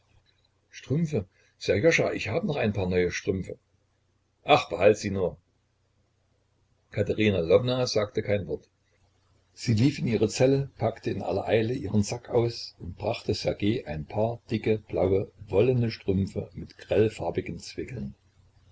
strümpfe sserjoscha ich habe noch ein paar neue strümpfe ach behalt sie nur katerina lwowna sagte kein wort sie lief in ihre zelle packte in aller eile ihren sack aus und brachte ssergej ein paar dicke blaue wollene strümpfe mit grellfarbigen zwickeln